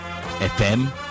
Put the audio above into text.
FM